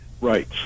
Right